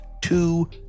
two